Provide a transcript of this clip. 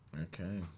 Okay